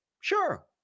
Sure